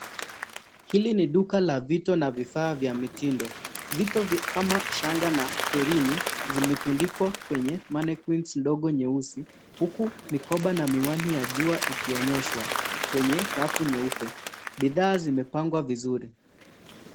Hili ni duka la vito na vifaa vya mitindo. Vito kama shanga na herini zimetundikwa kwenye mannequinns ndogo nyeusi, huku mikoba na miwani ya jua ikionyeshwa kwenye rafu nyeupe. Bidhaa zimepangwa vizuri.